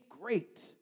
great